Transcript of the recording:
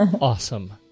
Awesome